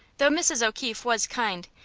though mrs. o'keefe was kind,